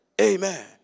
Amen